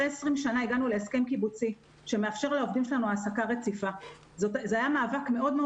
אחרי 20 שנים הגענו להסכם קיבוצי שמאפשר לעובדים שלנו העסקה רציפה.